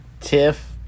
tiff